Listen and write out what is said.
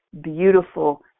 beautiful